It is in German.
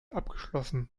abgeschlossen